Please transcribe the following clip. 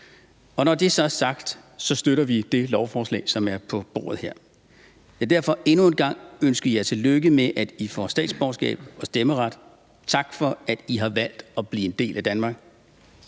Når det så er sagt, støtter vi det lovforslag, som ligger på bordet her. Jeg vil derfor endnu en gang ønske jer tillykke med, at I får statsborgerskab og stemmeret. Tak for, at I har valgt at blive en del af Danmark.